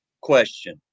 question